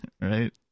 right